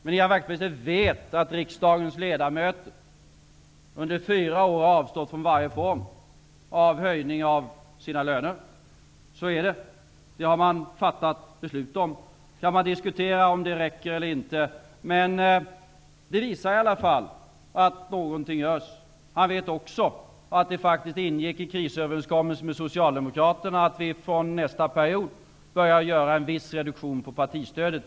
Men Ian Wachtmeister vet att riksdagens ledamöter under fyra år har avstått från varje form av höjning av sina löner. Det har man fattat beslut om. Man kan diskutera om det räcker eller inte, men det visar i alla fall att något görs. Ian Wachtmeister vet också att det faktiskt ingick i krisöverenskommelsen med Socialdemokraterna att vi från nästa period börjar genomföra en viss reduktion av partistödet.